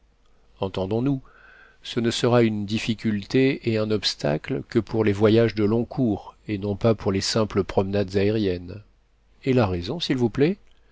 entendons-nous ce ne sera une difficulté et un obstacle que pour les voyages de long cours et non pas pour les simples promenades aériennes et la raison s'il vous plaît